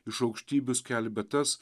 iš aukštybių skelbia tas